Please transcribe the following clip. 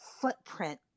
footprint